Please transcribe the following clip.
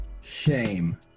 Shame